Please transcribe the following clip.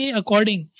according